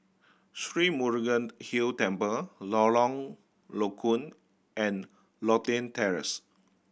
Sri Murugan Hill Temple Lorong Low Koon and Lothian Terrace